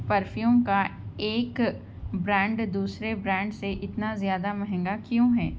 perfume کا ایک brand دوسرے برانڈ سے اتنا زیادہ مہنگا کیوں ہیں